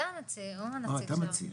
אה, אתה המציע?